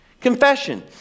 Confession